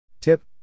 Tip